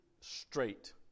straight